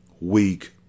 weak